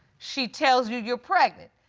she tells you you're pregnant.